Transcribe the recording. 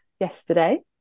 yesterday